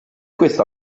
questo